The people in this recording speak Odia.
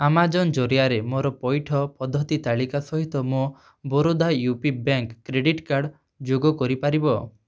ଆମାଜନ୍ ଜରିଆରେ ମୋର ପଇଠ ପଦ୍ଧତି ତାଳିକା ସହିତ ମୋ Baroda U P bank credit card ଯୋଗ କରିପାରିବ